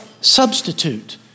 substitute